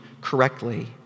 correctly